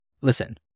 Listen